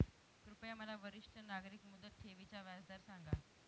कृपया मला वरिष्ठ नागरिक मुदत ठेवी चा व्याजदर सांगा